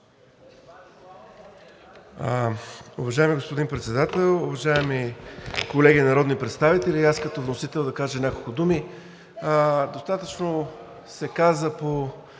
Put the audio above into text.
Уважаеми господин Председател, уважаеми колеги народни представители! И аз като вносител да кажа няколко думи. Достатъчно се каза по,